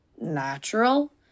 natural